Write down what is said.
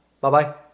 Bye-bye